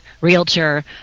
realtor